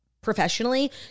professionally